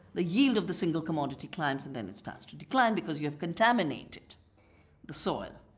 the yield of the single commodity climbs and then it starts to decline because you have contaminated the soil.